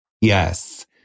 Yes